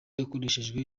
hakoreshejwe